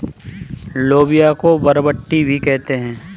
लोबिया को बरबट्टी भी कहते हैं